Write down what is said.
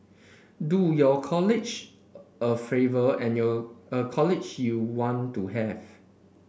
do your colleague a favour and your a colleague you want to have